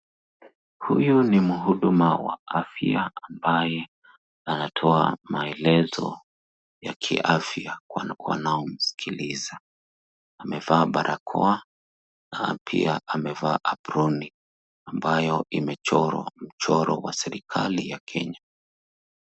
Huyu ni mhudumu wa afya ambaye anatoa maelezo ya kiafya kwa wanaomsikiliza. Amevaa barakoa na pia amevaa aproni ambayo imechorwa mchoro wa serikali ya Kenya.